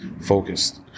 focused